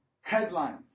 headlines